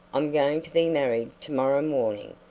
i'm going to be married to-morrow morning,